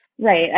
Right